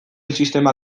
sistema